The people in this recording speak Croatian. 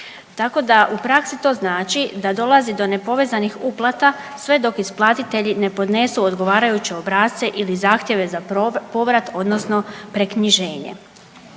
tako da su praksi to znači da dolazi do nepovezanih uplata sve dok isplatitelji ne podnesu odgovarajuće obrasce ili zahtjeve za povrat odnosno preknjiženje